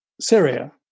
Syria